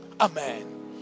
Amen